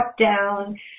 down